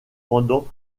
pendant